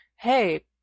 hey